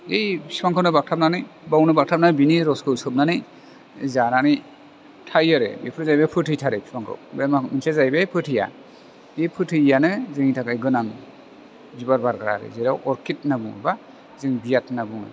बै फिफांखौनो बागथाबनानै बावनो बागथाबनानै बिनि रसखौ सोबनानै जानानै थायो आरो बेफोर जाहैबाय फोथैथारो बिफांखौ बे माबा मोनसेया जाहैबाय फोथैया बे फैथैयैआनो जोंनि थाखाय गोनां बिबार बारग्रा आरो जेराव अरखिद होननानै बुङो बा जों बियाद होनना बुङो